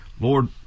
Lord